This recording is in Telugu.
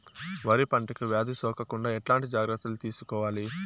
వరి పంటకు వ్యాధి సోకకుండా ఎట్లాంటి జాగ్రత్తలు తీసుకోవాలి?